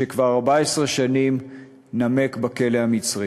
שכבר 14 שנים נמק בכלא המצרי.